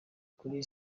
kuri